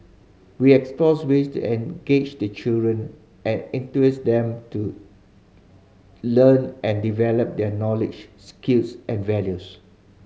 we explore ways to engage the children and enthuse them to learn and develop their knowledge skills and values